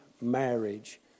marriage